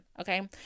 okay